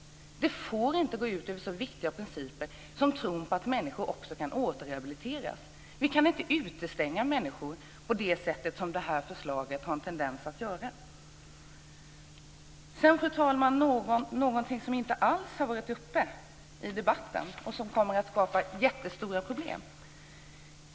Det får inte heller gå ut över en så viktig princip som den om tron på att människor också kan återrehabiliteras. Vi kan bara inte utestänga människor på det sätt som det här förslaget har en tendens att göra. Fru talman! En sak som inte alls har varit uppe i debatten men som kommer att skapa stora problem är följande.